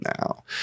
now